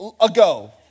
ago